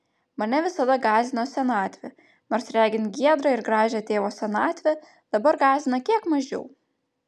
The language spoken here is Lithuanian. mane visada gąsdino senatvė nors regint giedrą ir gražią tėvo senatvę dabar gąsdina kiek mažiau